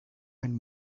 and